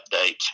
update